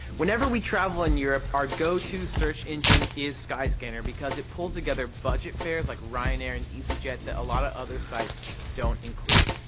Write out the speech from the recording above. whenever we travel in europe, our go-to search engine is skyscanner because it pulls together budget fares, like ryan air and easy jet that a lot of other sites don't include.